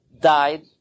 died